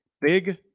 Big